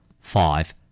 Five